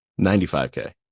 95k